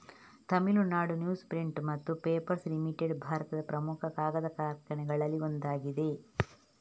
Tamil Nadu news print ಮತ್ತು papers limited ಭಾರತದ ಪ್ರಮುಖ ಕಾಗದ ಕಾರ್ಖಾನೆಗಳಲ್ಲಿ ಒಂದಾಗಿದೆ